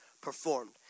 performed